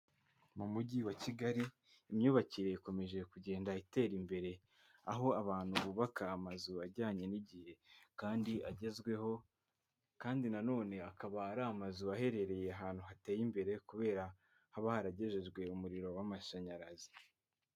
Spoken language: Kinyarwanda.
Mu mujyi wa kigali imyubakire ikomeje kugenda itera imbere, aho abantu bubaka amazu ajyanye n'igihe kandi agezweho kandi na none akaba ari amazu aherereye ahantu hateye imbere, kubera haba haragejejwe umuriro w'amashanyarazi.